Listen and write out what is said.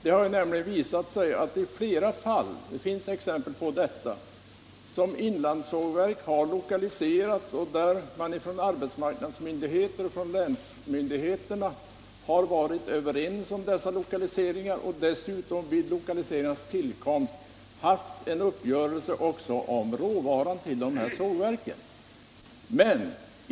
Det finns flera exempel på att inlandssågverk, beträffande vilkas lokalisering arbetsmarknadsmyndigheterna och länsmyndigheterna har varit överens och för vilka vid lokaliseringsbeslutet uppgörelse hade träffats om råvara, ändå har haft svårt att få sådan råvara.